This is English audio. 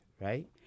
right